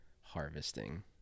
harvesting